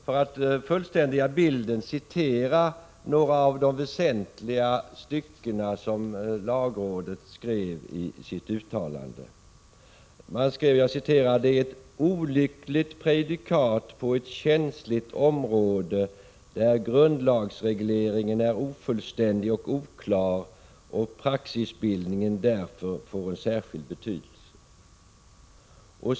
För att fullständiga bilden skall jag ändå citera några av de väsentliga styckena i lagrådets uttalande: Det är ”ett olyckligt prejudikat på ett känsligt område, där grundlagsregleringen är ofullständig och oklar och praxisbildningen därför får en särskild betydelse”.